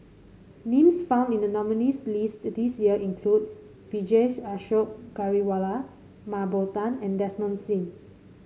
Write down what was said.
names found in the nominees' list this year include Vijesh Ashok Ghariwala Mah Bow Tan and Desmond Sim